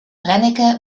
brennecke